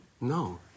no